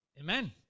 Amen